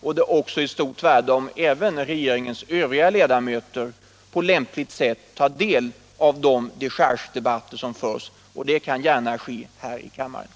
Det är också av stort värde om regeringens övriga ledamöter på lämpligt sätt — gärna här i kammaren — tar del av de dechargedebatter som förs.